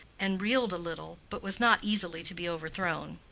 and reeled a little, but was not easily to be overthrown.